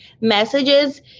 messages